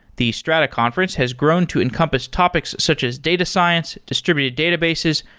the strata conference has grown to encompass topics such as data science, distributed databases,